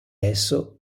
esso